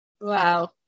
Wow